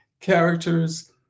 characters